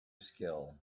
skill